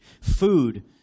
food